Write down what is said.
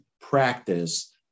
practice